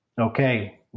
okay